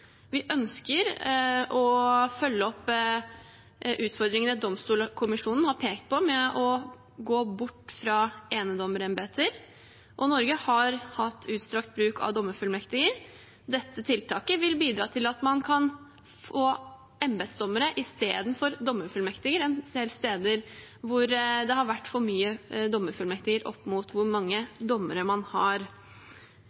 Vi ønsker å følge opp utfordringene Domstolkommisjonen har pekt på, med å gå bort fra enedommerembeter. Norge har hatt utstrakt bruk av dommerfullmektiger. Dette tiltaket vil bidra til at man kan få embetsdommere i stedet for dommerfullmektiger en del steder hvor det har vært for mange dommerfullmektiger opp mot hvor mange